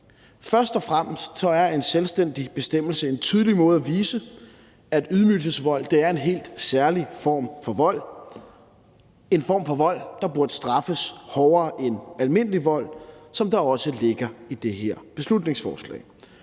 For det første er en selvstændig bestemmelse en tydelig måde at vise, at ydmygelsesvold er en helt særlig form for vold; en form for vold, der burde straffes hårdere end almindelig vold, hvad der også ligger i det her beslutningsforslag.